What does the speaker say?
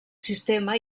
sistema